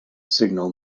signal